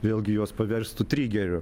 vėlgi juos paverstų trigeriu